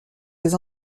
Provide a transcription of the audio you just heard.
des